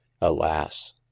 alas